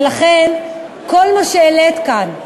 ולכן כל מה שהעלית כאן,